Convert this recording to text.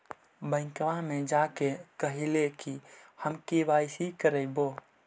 बैंकवा मे जा के कहलिऐ कि हम के.वाई.सी करईवो?